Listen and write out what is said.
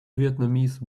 vietnamese